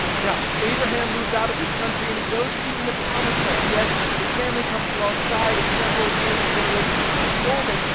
now abraham moves out of this country and he goes seeking the promised land. he has his family, comes alongside, and several years and generations are unfolding,